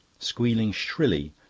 squealing shrilly,